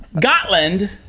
Gotland